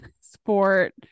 sport